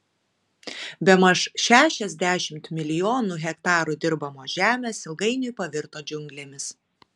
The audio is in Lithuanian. bemaž šešiasdešimt milijonų hektarų dirbamos žemės ilgainiui pavirto džiunglėmis